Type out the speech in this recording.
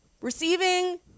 receiving